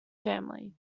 family